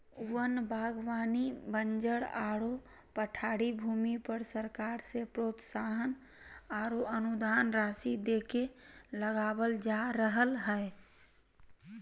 वन बागवानी बंजर आरो पठारी भूमि पर सरकार से प्रोत्साहन आरो अनुदान राशि देके लगावल जा रहल हई